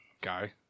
guy